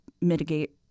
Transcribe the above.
mitigate